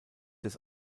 des